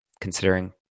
considering